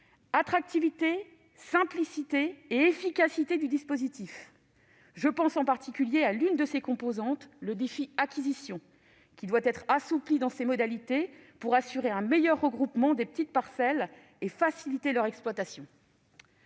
l'attractivité, la simplicité et l'efficacité du dispositif. Je pense, en particulier, à l'une de ses composantes, le « Defi acquisition », qui doit être assoupli dans ses modalités pour assurer un meilleur regroupement des petites parcelles et faciliter leur exploitation.